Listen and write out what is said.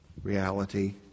Reality